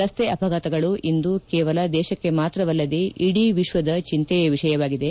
ರಸ್ತೆ ಅಪಘಾತಗಳು ಇಂದು ಕೇವಲ ದೇಶಕ್ಕೆ ಮಾತ್ರವಲ್ಲದೇ ಇದೀ ವಿಶ್ಲದ ಚಿಂತೆಯ ವಿಷಯವಾಗಿದೆ